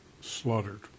slaughtered